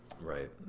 Right